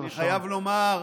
אני חייב לומר,